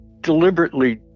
deliberately